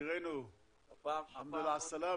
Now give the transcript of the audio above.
שאירחנו עד היום